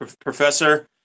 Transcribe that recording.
professor